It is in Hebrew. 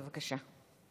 בבקשה.